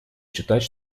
считать